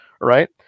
right